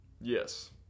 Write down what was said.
Yes